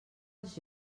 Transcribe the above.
els